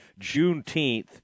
Juneteenth